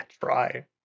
try